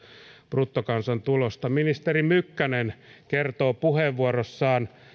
bruttokansantulosta ministeri mykkänen kertoo puheenvuorossaan tarkemmin